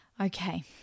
okay